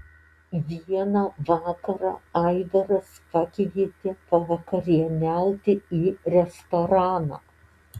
vieną vakarą aivaras pakvietė pavakarieniauti į restoraną